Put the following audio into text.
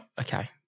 okay